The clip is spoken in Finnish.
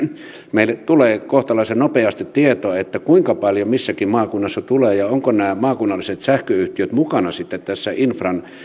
meille tulee kohtalaisen nopeasti tieto kuinka paljon missäkin maakunnassa tulee ja ovatko maakunnalliset sähköyhtiöt mukana tässä infran